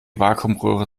vakuumröhre